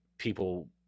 people